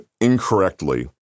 incorrectly